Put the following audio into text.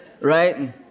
right